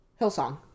Hillsong